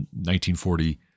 1940